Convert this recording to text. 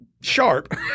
sharp